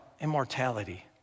immortality